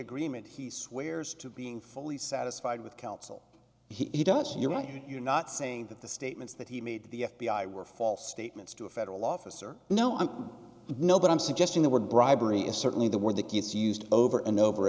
agreement he swears to being fully satisfied with counsel he does you're right you're not saying that the statements that he made to the f b i were false statements to a federal officer no i'm no but i'm suggesting that we're bribery is certainly the word that gets used over and over